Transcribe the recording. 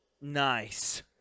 Nice